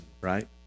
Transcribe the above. right